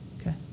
Okay